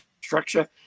structure